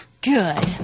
Good